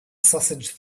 sausage